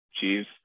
cheese